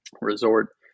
resort